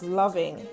loving